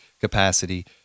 capacity